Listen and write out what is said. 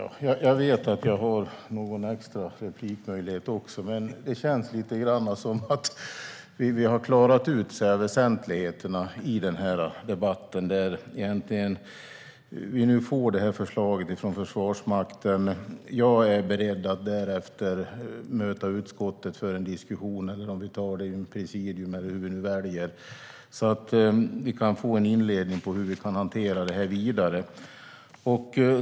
Herr talman! Jag vet att jag har någon extra replikmöjlighet, men det känns lite grann som att vi har klarat ut väsentligheterna i den här debatten. Vi får nu det här förslaget från Försvarsmakten. Jag är beredd att därefter möta utskottet för en diskussion - eller om vi tar det genom presidium eller hur vi nu väljer - så att vi kan få en inledning i fråga om hur vi kan hantera det här vidare.